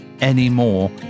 anymore